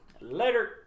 Later